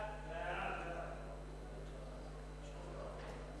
סעיפים 1